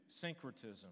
syncretism